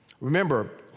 remember